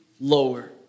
lower